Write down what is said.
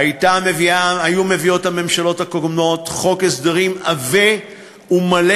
היו מביאות הממשלות הקודמות חוק הסדרים עבה ומלא